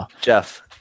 Jeff